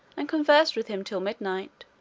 and conversed with him till midnight.